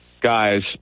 guys